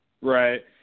Right